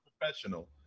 professional